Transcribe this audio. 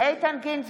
איתן גינזבורג,